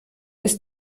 ist